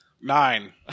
nine